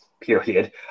period